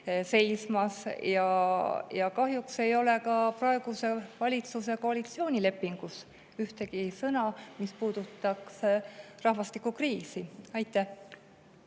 eest. Kahjuks ei ole ka praeguse valitsuse koalitsioonilepingus ühtegi sõna, mis puudutaks rahvastikukriisi. Aitäh,